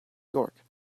york